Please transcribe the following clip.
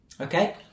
okay